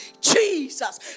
Jesus